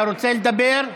אתה רוצה לדבר?